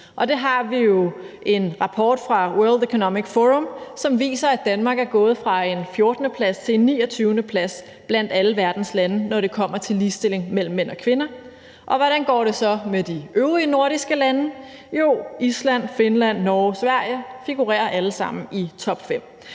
vi har jo en rapport fra World Economic Forum, som viser, at Danmark er gået fra en 14. plads til en 29. plads blandt alle verdens lande, når det kommer til ligestillingen mellem mænd og kvinder. Og hvordan går det så med de øvrige nordiske lande? Jo, Island, Finland, Norge og Sverige figurerer alle sammen i topfem.